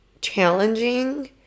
challenging